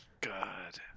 god